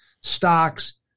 stocks